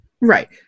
Right